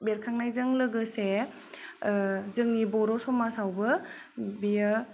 बेरखांनायजों लोगोसे जोंनि बर' समाजआवबो बियो